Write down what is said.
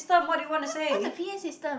what what's a p_a system